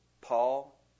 Paul